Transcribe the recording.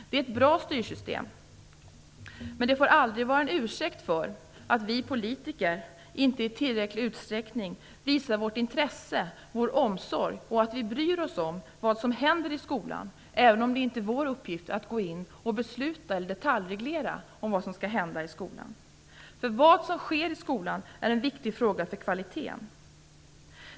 Det är ett bra styrsystem, men det får aldrig vara en ursäkt för att vi politiker inte i tillräcklig utsträckning visar vårt intresse, vår omsorg och att vi bryr oss om vad som händer i skolan, även om det inte är vår uppgift att gå in och fatta beslut om eller detaljreglera vad som skall hända i skolan. Vad som sker i skolan är en viktig fråga för kvaliteten.